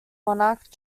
monarch